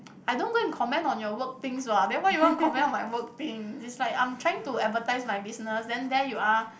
I don't go and comment on your work things what then why you want to comment on my work thing is like I'm trying to advertise my business then there you are